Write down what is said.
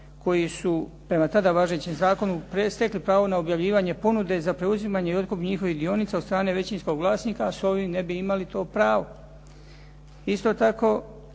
koji su prema tada važećem zakonu stekli pravo objavljivanja ponude za preuzimanje i otkup njihovih dionica od strane većinskog vlasnika, a s ovim to ne bi imali to pravo. Isto tako